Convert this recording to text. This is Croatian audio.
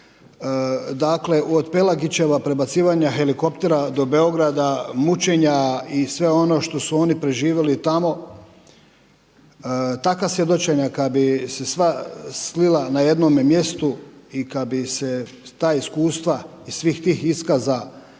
dakle od Pelagićeva prebacivanja helikoptera do Beograda, mučenja i sve ono što su oni preživjeli tamo, takva svjedočenja kad bi se sva slila na jednome mjestu i kad bi se ta iskustva iz svih tih iskaza